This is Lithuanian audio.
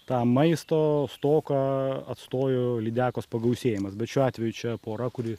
tą maisto stoką atstojo lydekos pagausėjimas bet šiuo atveju čia pora kuri